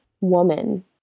woman